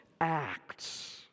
acts